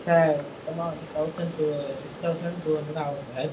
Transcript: sir மொத்தமாக வந்து thousand two six thousand two hundred ஆவும் சார்